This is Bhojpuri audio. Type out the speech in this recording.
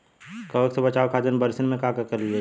कवक से बचावे खातिन बरसीन मे का करल जाई?